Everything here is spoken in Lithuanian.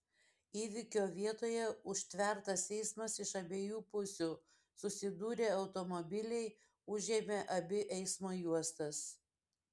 įvykio vietoje užtvertas eismas iš abiejų pusių susidūrė automobiliai užėmė abi eismo juostas